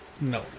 No